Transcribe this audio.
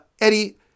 Eddie